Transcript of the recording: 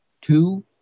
two